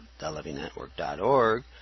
thelivingnetwork.org